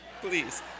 please